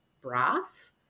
broth